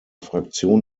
fraktion